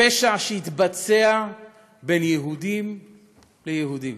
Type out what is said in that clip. פשע שהתבצע בין יהודים ליהודים.